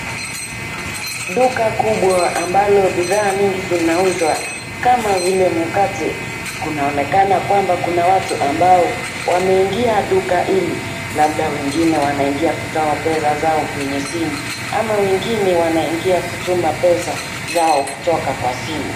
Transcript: Duka kubwa ambalo bidhaa mingi zinauzwa kama vile mkate. Kunaonekana kwamba kuna watu ambao wameingia duka hili labda wengine wanaingia kutoa pesa zao kwenye simu ama wengine wanaingia kutuma pesa zao kutoka kwa simu.